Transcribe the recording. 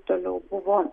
toliau buvo